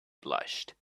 blushed